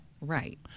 Right